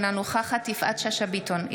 אינה נוכחת יפעת שאשא ביטון,